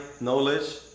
knowledge